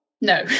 No